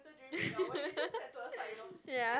ya